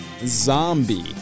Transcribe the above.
zombie